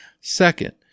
Second